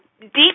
deep